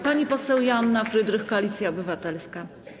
Pani poseł Joanna Frydrych, Koalicja Obywatelska.